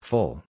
Full